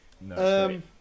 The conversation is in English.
No